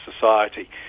society